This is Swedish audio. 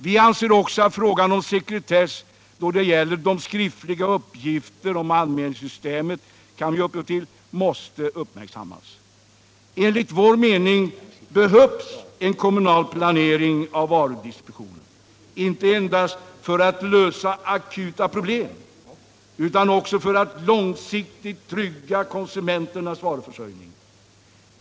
Vi anser också att frågan om sekretess då det gäller de skriftliga uppgifter, som anmälningssystemet kan ge upphov till, måste uppmärksammas. Enligt vår åsikt behövs en kommunal planering av varudistributionen, inte endast för att lösa akuta problem utan också för att långsiktigt trygga konsumenternas varuförsörjning.